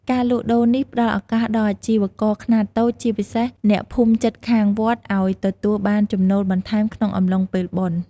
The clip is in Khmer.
ការលក់ដូរនេះផ្ដល់ឱកាសដល់អាជីវករខ្នាតតូច ជាពិសេសអ្នកភូមិជិតខាងវត្ត ឱ្យទទួលបានចំណូលបន្ថែមក្នុងអំឡុងពេលបុណ្យ។